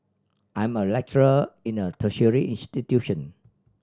I am a lecturer in a tertiary institution